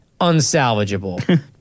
unsalvageable